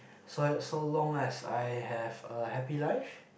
so so long as I have a happy life